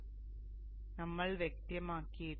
ഞങ്ങൾ വ്യക്തമാക്കിയിട്ടുണ്ട്